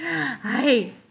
Hi